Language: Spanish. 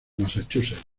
massachusetts